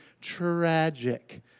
tragic